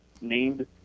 named